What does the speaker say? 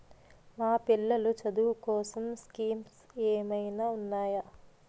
మా పిల్లలు చదువు కోసం స్కీమ్స్ ఏమైనా ఉన్నాయా?